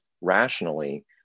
rationally